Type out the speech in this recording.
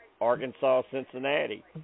Arkansas-Cincinnati